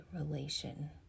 relation